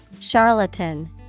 charlatan